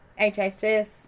HHS